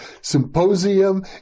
symposium